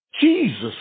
Jesus